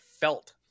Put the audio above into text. felt